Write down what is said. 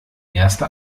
erste